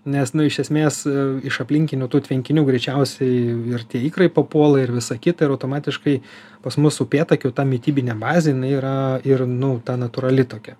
nes iš esmės iš aplinkinių tų tvenkinių greičiausiai ir tie ikrai papuola ir visa kita ir automatiškai pas mus upėtakių ta mitybinė bazė jinai yra ir nu ta natūrali tokia